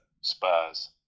Spurs